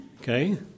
Okay